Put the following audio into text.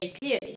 clearly